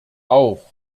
auch